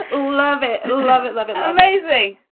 love it. love it, love it. amazing